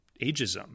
ageism